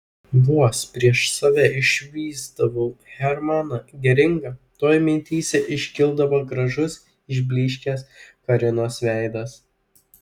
vos prieš save išvysdavau hermaną geringą tuoj mintyse iškildavo gražus išblyškęs karinos veidas